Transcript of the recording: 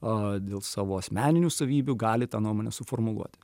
a dėl savo asmeninių savybių gali tą nuomonę suformuluoti